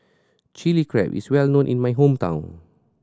Chili Crab is well known in my hometown